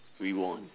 we won